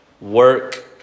work